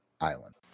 Island